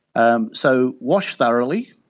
um so, wash thoroughly,